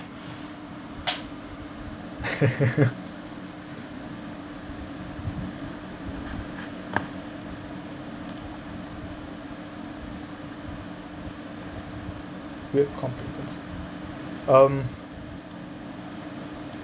weird complements um